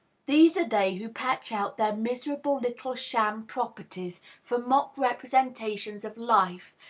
these are they who patch out their miserable, little, sham properties for mock representations of life,